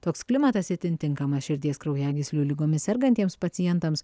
toks klimatas itin tinkamas širdies kraujagyslių ligomis sergantiems pacientams